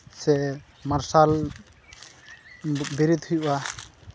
ᱥᱮ ᱢᱟᱨᱥᱟᱞ ᱵᱮᱨᱮᱫ ᱦᱩᱭᱩᱜᱼᱟ